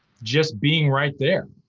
just being right there.